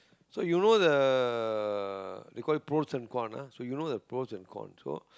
so you know the they call it pros and cons ah so you know the pros and cons so